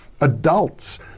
adults